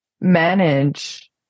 Manage